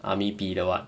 army 比的 [what]